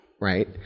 right